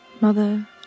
Mother